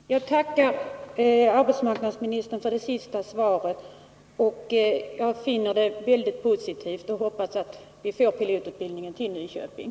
Herr talman! Jag tackar arbetsmarknadsministern för det senaste beskedet. Jag finner det väldigt positivt och hoppas att vi får pilotutbildningen till Nyköping.